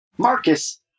Marcus